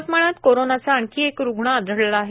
यवतमाळात कोरोनाचा आणखी एक रुग्ण आढळला आहे